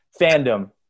fandom